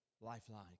lifeline